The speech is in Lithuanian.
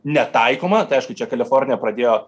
netaikoma tai aišku čia kalifornija pradėjo